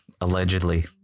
allegedly